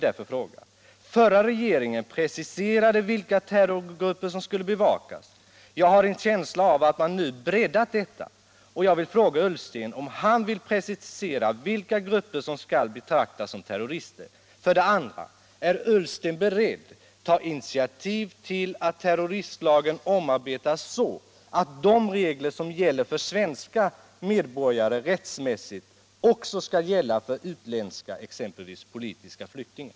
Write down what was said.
Den förra regeringen preciserade vilka terrorgrupper som skulle bevakas, och jag har en känsla av att man nu har breddat omfånget på dessa grupper. Därför vill jag som sagt ställa två frågor: 2. Är statsrådet Ullsten beredd att ta initiativ till att terroristlagen omarbetas så, att de regler som gäller för svenska medborgare rättsmässigt också skall gälla för utländska, exempelvis politiska flyktingar?